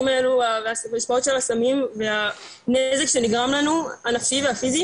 האלו ההשפעות של הסמים והנזק שנגרם לנו הנפשי והפיסי